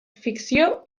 ficció